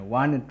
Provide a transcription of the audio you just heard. one